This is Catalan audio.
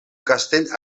castell